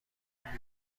بیرون